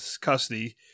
custody